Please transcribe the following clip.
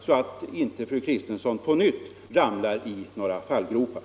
Annars kanske fru Kristensson på nytt ramlar i ett antal fallgropar.